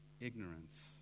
ignorance